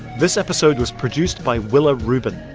this episode was produced by willa rubin.